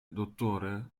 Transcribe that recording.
dottore